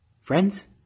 Friends